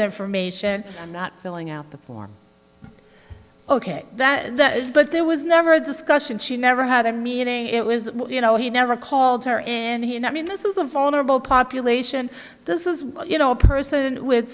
information i'm not filling out the form ok that but there was never a discussion she never had a meaning it was you know he never called her and he and i mean this is a vulnerable population this is you know a person with